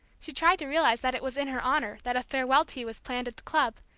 she tried to realize that it was in her honor that a farewell tea was planned at the club,